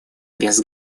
без